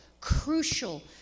crucial